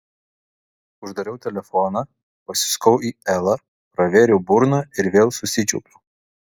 uždariau telefoną pasisukau į elą pravėriau burną ir vėl susičiaupiau